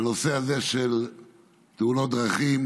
בנושא הזה של תאונות הדרכים,